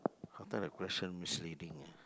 the question misleading ah